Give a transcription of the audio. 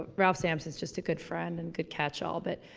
ralph sampson's just a good friend, and good catch all but